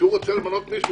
כשהוא רוצה למנות מישהו,